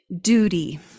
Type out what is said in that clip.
duty